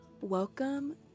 welcome